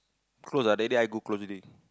close ah that day I go close already